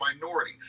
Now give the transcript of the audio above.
minority